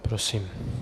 Prosím.